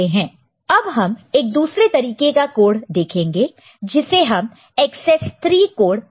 Bn Gn Bi Bi1 ⊕ Gi for i n अब हम एक दूसरे तरीके का कोड देखेंगे जिसे हम एकसेस 3 कोड कहते हैं